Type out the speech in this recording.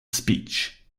speech